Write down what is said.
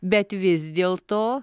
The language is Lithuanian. bet vis dėl to